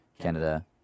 Canada